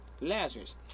Lazarus